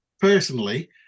personally